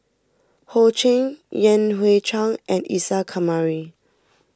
Ho Ching Yan Hui Chang and Isa Kamari